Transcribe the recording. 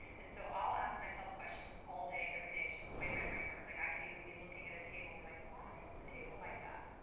and so i'll ask myself questions all day everyday. it's just the way my brain works. like i could even be looking at a table and be like, why is the table like that?